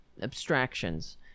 abstractions